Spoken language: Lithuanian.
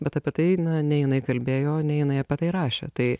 bet apie tai na nei jinai kalbėjo nei jinai apie tai rašė tai